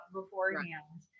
beforehand